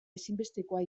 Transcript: ezinbestekoa